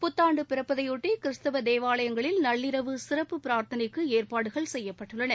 புத்தாண்டு பிறப்பதையொட்டி கிறிஸ்துவ தேவாலயங்களில் நள்ளிரவு சிறப்பு பிராா்த்தனைக்கு ஏற்பாடுகள் செய்யப்பட்டுள்ளன